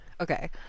Okay